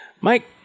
Mike